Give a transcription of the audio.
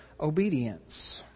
obedience